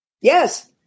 Yes